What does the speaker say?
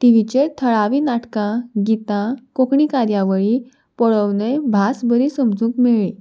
टीवीचेर थळावी नाटकां गितां कोंकणी कार्यावळी पळोवनय भास बरी समजूंक मेळ्ळी